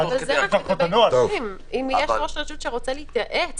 אם יש ראש רשות שרוצה להתייעץ.